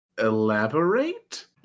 Elaborate